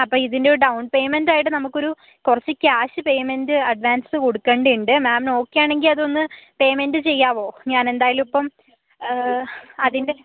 അപ്പം ഇതിൻ്റെ ഒരു ഡൗൺ പേയ്മെന്റ് ആയിട്ട് നമുക്കൊരു കുറച്ച് ക്യാഷ് പേയ്മെന്റ് അഡ്വാൻസ് കൊടുക്കണ്ട ഉണ്ട് മാമിന് ഓക്കെയാണെങ്കിൽ അതൊന്ന് പേയ്മെന്റ് ചെയ്യാമോ ഞനെന്തായാലും ഇപ്പം അതിൻ്റെ